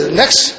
next